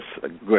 good